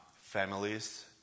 families